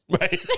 Right